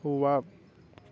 wow